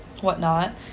whatnot